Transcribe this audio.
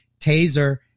Taser